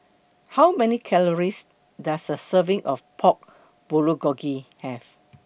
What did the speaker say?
How Many Calories Does A Serving of Pork Bulgogi Have